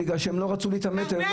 בגלל שהם לא רצו להתעמת והם